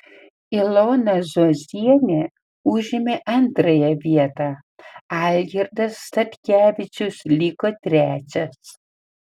ilona zuozienė užėmė antrąją vietą algirdas statkevičius liko trečias